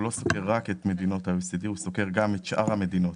הוא לא סוקר רק את מדינות ה-OECD אלא גם את שאר המדינות.